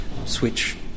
switch